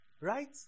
right